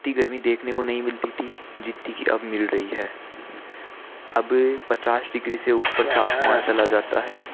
इतनी गर्मी देखने को नहीं मिलती थी जितनी कि अब मिल रही है अब पचास डिग्री से ऊपर तापमान चला जाता है